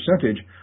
percentage